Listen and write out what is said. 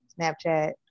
Snapchat